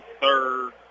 third